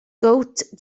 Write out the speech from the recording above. gowt